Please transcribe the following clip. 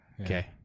Okay